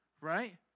Right